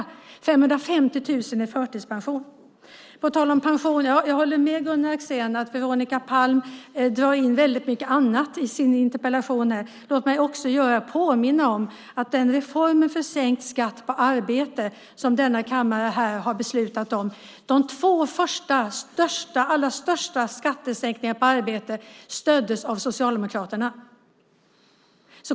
Det är 550 000 i förtidspension. Jag håller med Gunnar Axén om att Veronica Palm drar in mycket annat i sin interpellation. Låt mig också påminna om den reform för sänkt skatt på arbete som denna kammare har beslutat om. De två största skattesänkningarna på arbete stöddes av Socialdemokraterna.